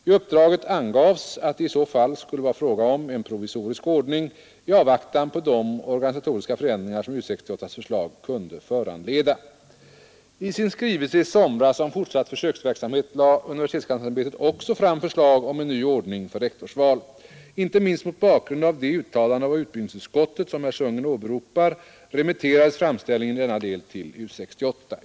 I uppdraget angavs att det i så fall skulle vara fråga om en provisorisk förslag med ställningstaganden till de frågor som aktualiseras av ordning i avvaktan på de organisatoriska förändringar som U 68:s förslag kunde föranleda. I sin skrivelse i somras om fortsatt försöksverksamhet lade universitetskanslersämbetet också fram förslag om en ny ordning för rektorsval. Inte minst mot bakgrund av det uttalande av utbildningsutskottet som herr Sundgren åberopar remitterades framställningen i denna del till U 68.